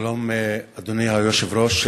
שלום, אדוני היושב-ראש.